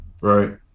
right